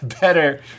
better